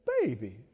baby